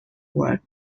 were